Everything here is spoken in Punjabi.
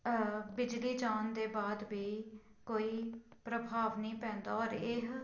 ਬਿਜਲੀ ਜਾਣ ਦੇ ਬਾਅਦ ਵੀ ਕੋਈ ਪ੍ਰਭਾਵ ਨਹੀਂ ਪੈਂਦਾ ਔਰ ਇਹ